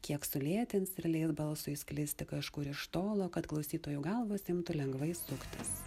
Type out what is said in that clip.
kiek sulėtins ir leis balsui sklisti kažkur iš tolo kad klausytojų galvos imtų lengvai suktis